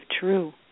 true